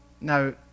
Now